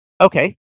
Okay